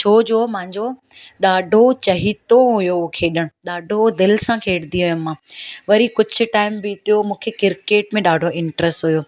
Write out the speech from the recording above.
छोजो मुंहिंजो ॾाढो चहीतो हुओ उहो खेॾणु ॾाढो दिलि सां खेॾंदी हुयमि मां वरी कुझु टाइम बीतियो मूंखे क्रिकेट में ॾाढो इंट्रस्ट हुओ